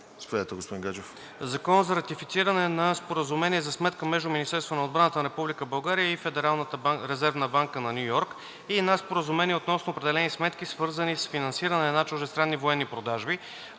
първо гласуване Законопроект за ратифициране на Споразумение за сметка между Министерството на отбраната на Република България и Федералната резервна банка на Ню Йорк и на Споразумение относно определени сметки, свързани с финансиране на чуждестранни военни продажби